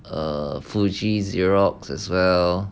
uh fuji xerox as well